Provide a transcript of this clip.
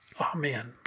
Amen